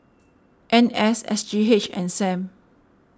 N S S G H and Sam